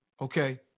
Okay